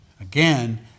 Again